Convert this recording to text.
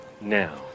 now